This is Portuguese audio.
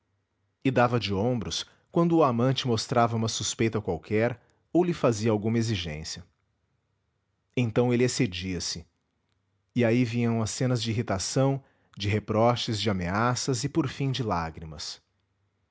nunca e dava de ombros quando o amante mostrava uma suspeita qualquer ou lhe fazia alguma exigência então ele excedia se e aí vinham as cenas de irritação de reproches de ameaças e por fim de lágrimas